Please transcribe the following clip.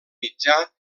mitjà